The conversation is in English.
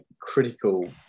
critical